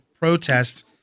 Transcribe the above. protests